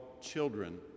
children